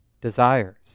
desires